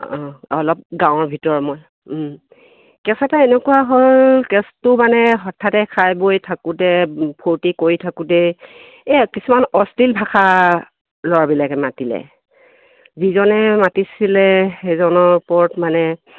অঁ অলপ গাঁৱৰ ভিতৰ মই কেছ এটা এনেকুৱা হ'ল কেছটো মানে হঠাতে খাই বৈ থাকোঁতে ফূৰ্তি কৰি থাকোঁতে এই কিছুমান অশ্লীল ভাষা ল'ৰাবিলাকে মাতিলে যিজনে মাতিছিলে সেইজনৰ ওপৰত মানে